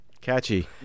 Catchy